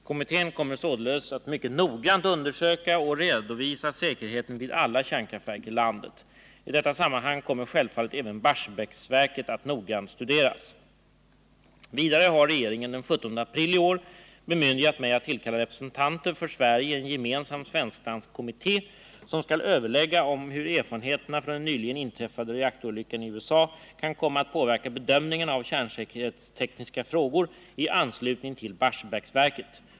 Kommittén kommer således att mycket noggrant undersöka och redovisa säkerheten vid alla kärnkraftverk i landet. I detta sammanhang kommer självfallet även Barsebäcksverket att noggrant studeras. Vidare har regeringen den 17 april i år bemyndigat mig att tillkalla representanter för Sverige i en gemensam svensk-dansk kommitté, som skall överlägga om hur erfarenheterna från den nyligen inträffade reaktorolyckan i USA kan komma att påverka bedömningarna av kärnsäkerhetstekniska frågor i anslutning till Barsebäcksverket.